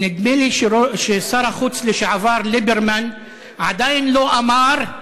נדמה לי ששר החוץ לשעבר ליברמן עדיין לא אמר: